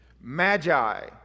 Magi